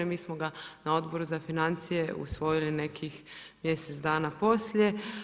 Mi smo ga na Odboru za financije usvojili nekih mjesec dana poslije.